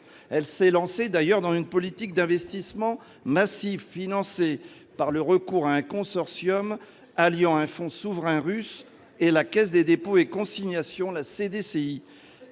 Elle s'est d'ailleurs lancée dans une politique d'investissements massifs, financés par le recours à un consortium alliant un fonds souverain russe et la Caisse des dépôts et consignations, qui